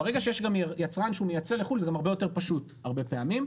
ברגע שיש גם יצרן שהוא מייצא לחו"ל זה גם הרבה יותר פשוט הרבה פעמים,